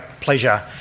pleasure